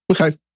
Okay